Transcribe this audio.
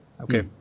okay